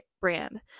brand